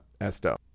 esto